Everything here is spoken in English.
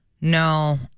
No